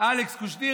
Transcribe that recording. אלכס קושניר,